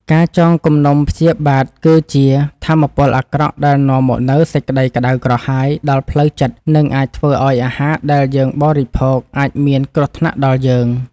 ការចងគំនុំព្យាបាទគឺជាថាមពលអាក្រក់ដែលនាំមកនូវសេចក្តីក្តៅក្រហាយដល់ផ្លូវចិត្ត និង អាចធ្វើឱ្យអាហារដែលយើងបរិភោគ អាចមានគ្រោះថ្នាក់ដល់យើង។